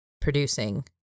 producing